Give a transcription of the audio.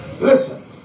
Listen